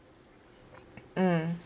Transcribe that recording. mm